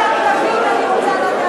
אני רוצה לדעת מי אלה הכלבים.